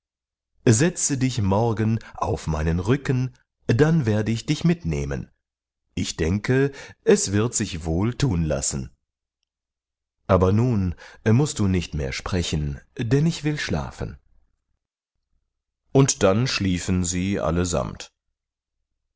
setze dich morgen auf meinen rücken dann werde ich dich mitnehmen ich denke es wird sich wohl thun lassen aber nun mußt du nicht mehr sprechen denn ich will schlafen und dann schliefen sie allesamt